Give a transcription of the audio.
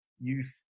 youth